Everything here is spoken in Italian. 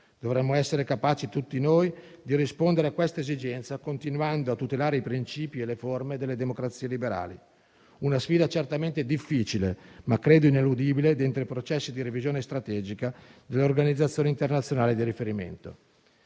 dovremo essere capaci, tutti noi, di rispondere a questa esigenza continuando a tutelare i principi e le forme delle democrazie liberali. Si tratta di una sfida certamente difficile, ma credo ineludibile, dentro i processi di revisione strategica delle organizzazioni internazionali di riferimento.